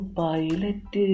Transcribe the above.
pilot